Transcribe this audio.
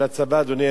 אדוני היושב-ראש.